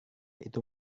itu